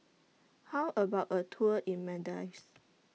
How about A Tour in Maldives